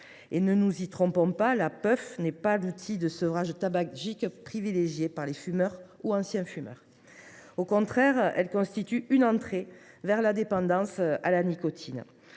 Ne nous y trompons pas : la puff n’est pas l’outil de sevrage tabagique privilégié par les fumeurs ou les anciens fumeurs. Au contraire, elle constitue une entrée vers la dépendance à la nicotine.